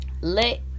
let